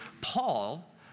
Paul